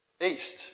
east